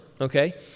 okay